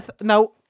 no